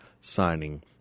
signing